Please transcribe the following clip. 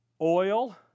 oil